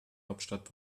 hauptstadt